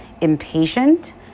impatient